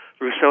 Rousseau